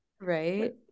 right